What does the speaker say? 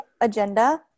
agenda